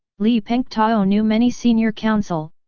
li pengtao knew many senior counsel,